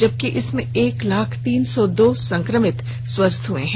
जबकि इसमें एक लाख तीन सौ दो संक्रमित स्वस्थ हो चुके हैं